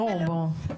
ברור, ברור.